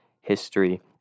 history